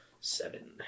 seven